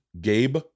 Gabe